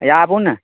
आबु ने